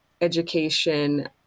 education